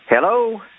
Hello